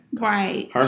Right